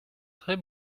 très